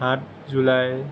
সাত জুলাই